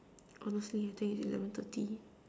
honestly I think eleven thirty